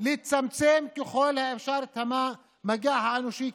לצמצם ככל האפשר את המגע האנושי,